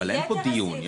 אבל אין פה דיון.